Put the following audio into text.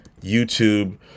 YouTube